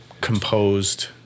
composed